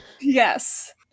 yes